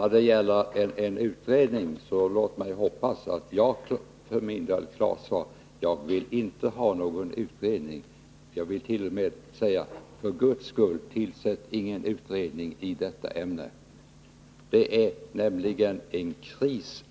När det gäller utredning vill jag klart säga ifrån att jag inte vill ha någon sådan. Jag skulle t.o.m. vilja säga: För Guds skull tillsätt ingen utredning i åtgärder mot narkotikasmuggling åtgärder mot narkotikasmuggling det här fallet. Det är nämligen en kris,